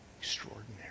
Extraordinary